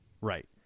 Right